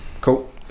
Cool